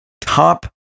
top